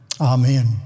Amen